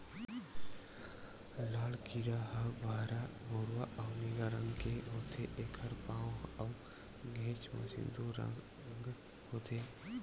लाल कीरा ह बहरा भूरवा अउ नीला रंग के होथे, एखर पांव अउ घेंच म सिंदूर रंग होथे